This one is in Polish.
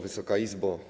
Wysoka Izbo!